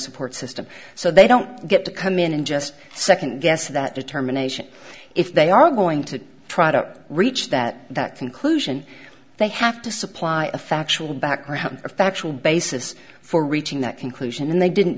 support system so they don't get to come in and just second guess that determination if they are going to try to reach that conclusion they have to supply a factual background a factual basis for reaching that conclusion and they didn't